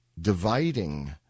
dividing